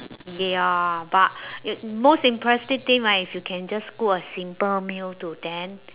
ya but m~ most impressive thing right if you can just cook a simple meal to them